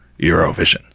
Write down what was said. Eurovision